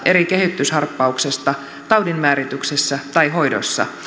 eri kehitysharppauksesta tautien määrityksessä tai hoidossa